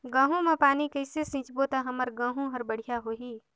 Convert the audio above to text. गहूं म पानी कइसे सिंचबो ता हमर गहूं हर बढ़िया होही?